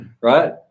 right